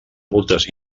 multes